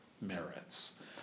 merits